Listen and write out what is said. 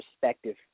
perspective